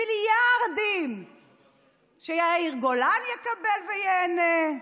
מיליארדים שיאיר גולן יקבל וייהנה,